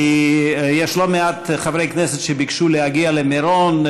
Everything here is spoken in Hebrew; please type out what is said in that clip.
כי יש לא מעט חברי כנסת שביקשו להגיע למירון,